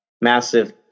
massive